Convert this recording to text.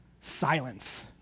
silence